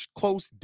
close